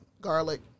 garlic